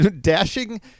dashing